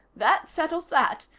that settles that.